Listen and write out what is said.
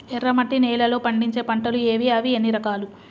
ఎర్రమట్టి నేలలో పండించే పంటలు ఏవి? అవి ఎన్ని రకాలు?